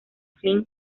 flynn